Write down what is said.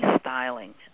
styling